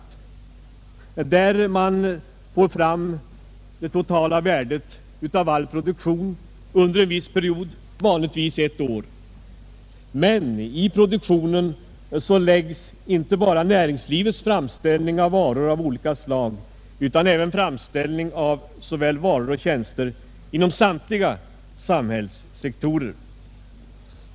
Det är där man får fram det totala värdet av all produktion under en viss period, vanligtvis under ett år. Men i produktionen läggs inte bara näringslivets framställning av varor av olika slag utan även framställning av såväl varor som tjänster inom samtliga samhällssektorer.